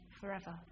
forever